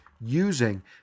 using